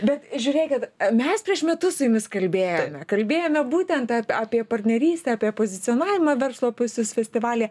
bet žiūrėkit mes prieš metus su jumis kalbėjome kalbėjome būtent ap apie partnerystę apie pozicionavimą verslo pusės festivalyje